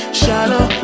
shallow